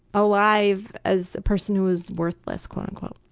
alive as a person who is worthless.